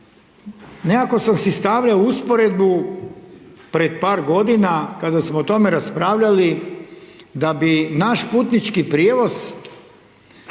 nekako sam si stavljao u usporedbu, pred par godina, kada smo o tome raspravljali, da bi naš putnički prijevoz